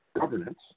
Governance